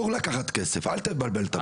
אסור לקחת כסף, אל תבלבל את המוח.